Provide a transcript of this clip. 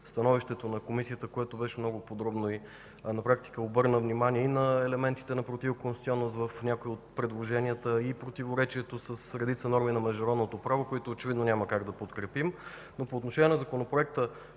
становището на Комисията, което беше много подробно и на практика обърна внимание и на елементите на противоконституционност в някои от предложенията, и противоречието с редица норми на международното право, които очевидно няма как да подкрепим. По отношение на Законопроекта,